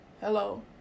Hello